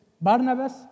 Barnabas